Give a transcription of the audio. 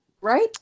Right